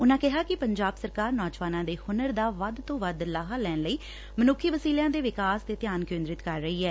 ਉਨੂਾ ਕਿਹਾ ਕਿ ਪੰਜਾਬ ਸਰਕਾਰ ਨੌਜਵਾਨਾਂ ਦੇ ਹੁਨਰ ਦਾ ਵੱਧ ਤੋਂ ਵੱਧ ਲਾਹਾ ਲੈਣ ਲਈ ਮਨੁੱਖੀ ਵਸੀਲਿਆਂ ਦੇ ਵਿਕਾਸ ਤੇ ਧਿਆਨ ਕੇਂਦਰਿਤ ਕਰ ਰਹੀ ਏ